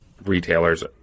Retailers